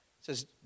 says